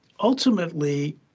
ultimately